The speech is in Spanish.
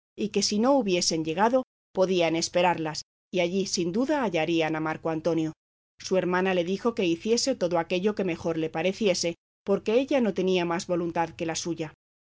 y que si no hubiesen llegado podían esperarlas y allí sin duda hallarían a marco antonio su hermana le dijo que hiciese todo aquello que mejor le pareciese porque ella no tenía más voluntad que la suya